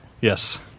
Yes